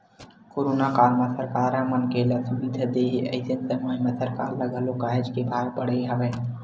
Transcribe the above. corona काल म सरकार ह मनखे ल सब सुबिधा देय हे अइसन समे म सरकार ल घलो काहेच के भार पड़े हवय